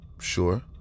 sure